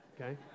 okay